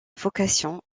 vocation